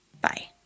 Bye